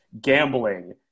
gambling